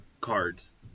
cards